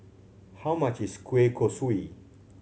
how much is kueh kosui